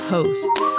Hosts